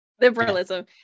Liberalism